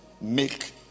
make